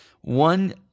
One